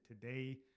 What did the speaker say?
today